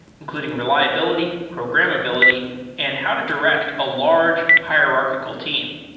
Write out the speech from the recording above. including reliability, programmability and how to direct a large hierarchical team.